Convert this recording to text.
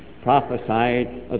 prophesied